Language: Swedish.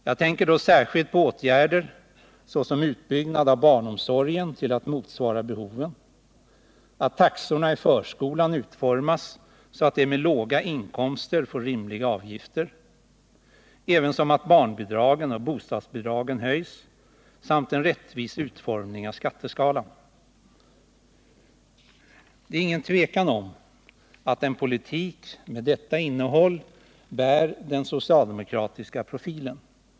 Jag tänker då särskilt på åtgärder som utbyggnad av barnomsorgen till att motsvara behoven, utformning av taxorna i förskolan så att de med låga inkomster får rimliga avgifter, höjning av barnbidragen och bostadsbidragen samt en rättvis utformning av skatteskalan. Det är inget tvivel om att en politik med detta innehåll bär den socialdemokratiska profilen.